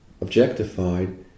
objectified